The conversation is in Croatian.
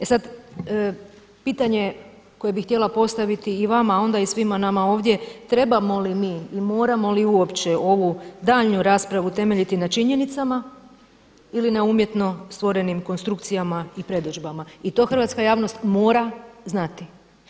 E sad, pitanje koje bih htjela postaviti i vama a onda i svima nama ovdje trebamo li mi i moramo li uopće ovu daljnju raspravu temeljiti na činjenicama ili na umjetno stvorenim konstrukcijama i predodžbama, i to hrvatska javnost mora znati.